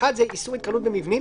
אחד זה איסור התקהלות במבנים,